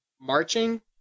Marching